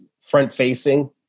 front-facing